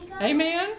Amen